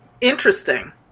interesting